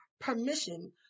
permission